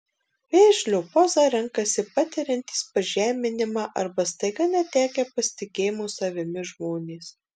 vėžlio pozą renkasi patiriantys pažeminimą arba staiga netekę pasitikėjimo savimi žmonės